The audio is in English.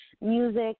music